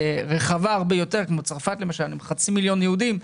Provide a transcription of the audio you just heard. רחבה הרבה יותר כמו צרפת למשל עם חצי מיליון יהודים,